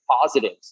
positives